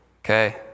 okay